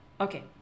okay